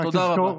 תודה רבה.